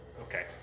Okay